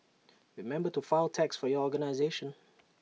remember to file tax for your organisation